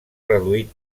reduït